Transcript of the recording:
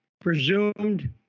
presumed